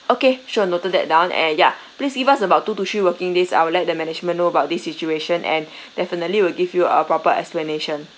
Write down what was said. okay sure noted that down and ya please give us about two to three working days I would let the management know about this situation and definitely will give you a proper explanation